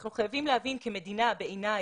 אנחנו חייבים להבין כמדינה, בעיניי,